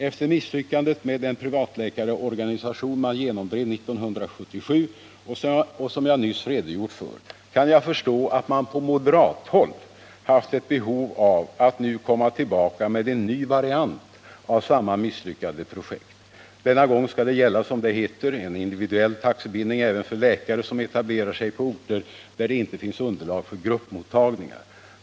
Efter misslyckandet med den privatläkarorganisation som man genomdrev 1977 och som jag nyss redogjort för kan jag förstå att man på moderat håll haft ett behov av att nu komma tillbaka med en ny variant av samma misslyckade projekt. Denna gång skall det gälla, som det heter, en individuell taxebindning även för läkare som etablerar sig på orter, där det inte finns underlag för gruppmottagningar.